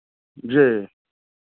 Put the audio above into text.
जी